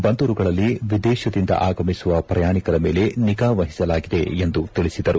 ಬಂದರುಗಳಲ್ಲಿ ಸಪ ವಿದೇಶದಿಂದ ಆಗಮಿಸುವ ಪ್ರಯಾಣಿಕರ ಮೇಲೆ ನಿಗಾ ವಹಿಸಲಾಗಿದೆ ಎಂದು ತಿಳಿಸಿದರು